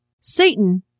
Satan